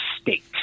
state